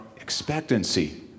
expectancy